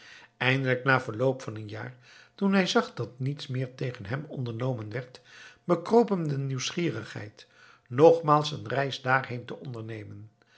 eindelijk na verloop van een jaar toen hij zag dat niets meer tegen hem ondernomen werd bekroop hem de nieuwsgierigheid nogmaals een reis daarheen te ondernemen